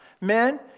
Men